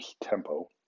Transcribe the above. tempo